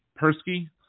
Persky